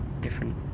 different